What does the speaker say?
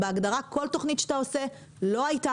בהגדרה כל תוכנית שאתה עושה לא הייתה